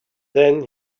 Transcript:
then